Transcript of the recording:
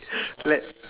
like